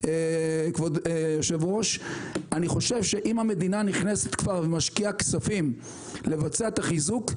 אני חושב שאם המדינה נכנסת כבר ומשקיעה כספים לבצע את החיזוק,